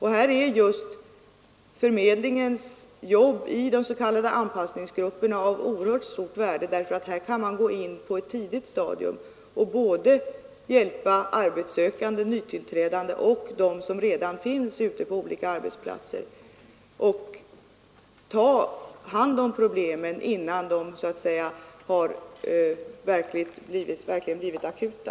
Här är arbetsförmedlingens jobb i de s.k. anpassnings grupperna av oerhört stort värde, eftersom man på detta sätt kan gå in på ett tidigt stadium och hjälpa både arbetssökande och den som redan finns ute på olika arbetsplatser och alltså ta hand om problemen innan de blivit verkligt akuta.